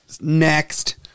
Next